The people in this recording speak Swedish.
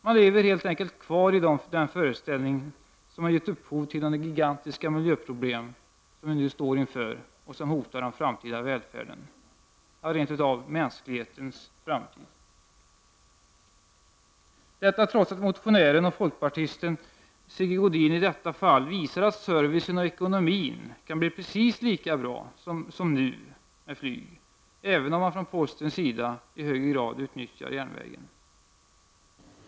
De lever helt enkelt kvar i den föreställning som har gett upphov till de gigantiska miljöproblem som vi nu står inför och som hotar den framtida välfärden, ja, rent av mänsklighetens framtid. Majoriteten har denna inställning trots att motionären och folkpartisten Sigge Godin i detta fall visar att servicen och ekonomin kan bli precis lika bra som den är nu med flyg, även om posten i högre grad utnyttjar järnvägen.